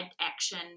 action